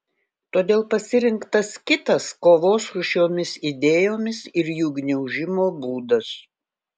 todėl pasirinktas kitas kovos su šiomis idėjomis ir jų gniaužimo būdas